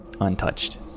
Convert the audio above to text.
untouched